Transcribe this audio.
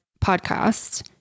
Podcast